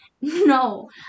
no